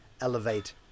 elevate